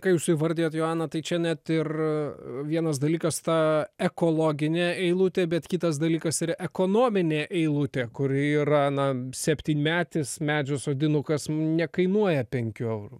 ką jūs įvardijot joana tai čia net ir vienas dalykas tą ekologinę eilutę bet kitas dalykas ir ekonominė eilutė kuri yra septynmetis medžio sodinukas nekainuoja penkių eurų